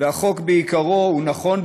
והחוק בעיקרו נכון,